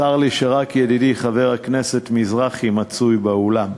וצר לי שרק ידידי חבר הכנסת מזרחי מצוי באולם,